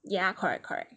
ya correct correct